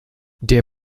der